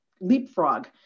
leapfrog